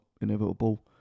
inevitable